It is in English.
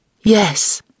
Yes